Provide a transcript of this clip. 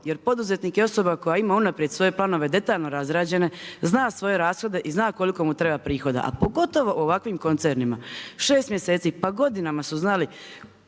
jer poduzetnik je osoba koja ima unaprijed svoje planove detaljno razrađene zna svoje rashode i zna koliko mu treba prihoda, a pogotovo u ovakvim koncernima. Šest mjeseci pa godinama su znali